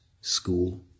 school